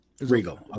Regal